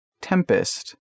Tempest